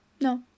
No